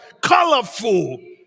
Colorful